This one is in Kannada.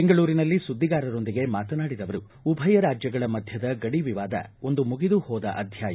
ಬೆಂಗಳೂರಿನಲ್ಲಿ ಸುದ್ದಿಗಾರರೊಂದಿಗೆ ಮಾತನಾಡಿದ ಅವರು ಉಭಯ ರಾಜ್ಙಗಳ ಮಧ್ಯದ ಗಡಿ ವಿವಾದ ಒಂದು ಮುಗಿದು ಹೋದ ಅಧ್ಯಾಯ